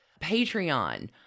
Patreon